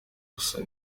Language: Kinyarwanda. gusa